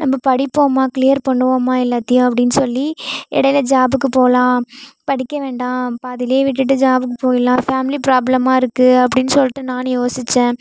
நம்ம படிப்போமா க்ளியர் பண்ணுவோமா எல்லாத்தையும் அப்படின்னு சொல்லி எடையில் ஜாபுக்கு போகலாம் படிக்க வேண்டாம் பாதிலேயே விட்டுட்டு ஜாபுக்கு போய்ட்லாம் ஃபேமிலி பிராப்ளமா இருக்குது அப்படின்னு சொல்லிட்டு நானும் யோசித்தேன்